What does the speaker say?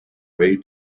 way